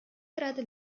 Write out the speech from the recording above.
gerade